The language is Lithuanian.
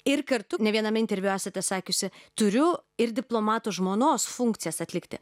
ir kartu ne viename interviu esate sakiusi turiu ir diplomato žmonos funkcijas atlikti